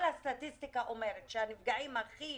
כל הסטטיסטיקה אומרת שהנפגעים הכי